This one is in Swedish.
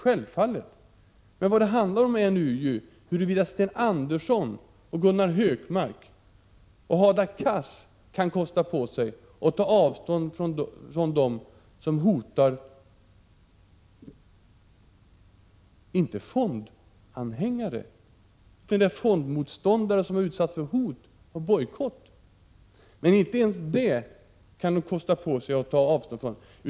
Men vad det nu handlar om är ju huruvida Sten Andersson och Gunnar Hökmark och Hadar Cars kan kosta på sig att ta avstånd inte från dem som hotar fondanhängare, utan från dem som utsätter fondmotståndare för hot och bojkott. Men inte ens detta kan de kosta på sig att ta avstånd från.